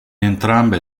entrambe